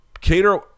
Cater